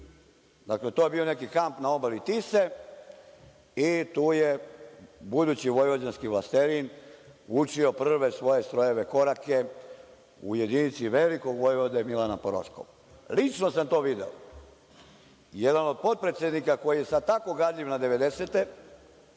Dakle, to je bio neki kamp na obali Tise i tu je budući vojvođanski vlastelin učio prve svoje strojeve korake u jedinici velikog vojvode Milana Paroškog. Lično sam to video. Jedan od potpredsednika koji je tako gadljiv na